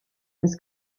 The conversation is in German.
des